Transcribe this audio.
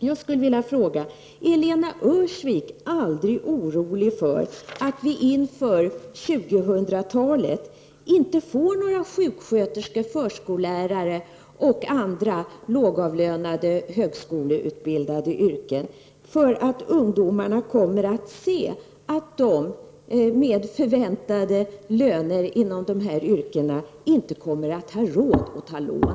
Är Lena Öhrsvik aldrig orolig för att vi inför 2000-talet inte får några sjuksköterskor, förskollärare och andra högskoleutbildade inom lågavlönade yrken, eftersom ungdomarna kommer att se att de med förväntade löner inom dessa yrken inte kommer att ha råd att ta lån?